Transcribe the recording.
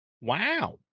wow